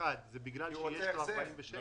לעניין סעיף 61 זה בגלל שיש לו אישור לעניין סעיף 46?